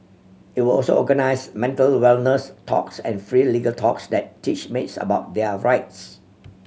it will also organise mental wellness talks and free legal talks that teach maids about their rights